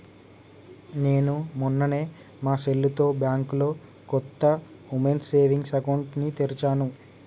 నేను మొన్ననే మా సెల్లుతో బ్యాంకులో కొత్త ఉమెన్స్ సేవింగ్స్ అకౌంట్ ని తెరిచాను